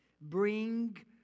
Bring